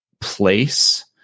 place